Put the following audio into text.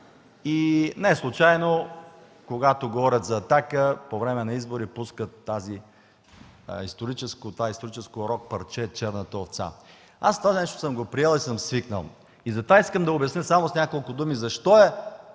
и неслучайно, когато говорят за „Атака”, по време на избори пускат това историческо рок парче „Черната овца”. Аз това съм го приел и съм свикнал. Затова искам да обясня само с няколко думи защо е